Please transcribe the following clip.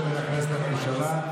אמסלם, השר המקשר בין הכנסת לממשלה.